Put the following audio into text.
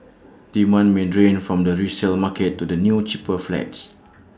demand may drain from the resale market to the new cheaper flats